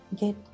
get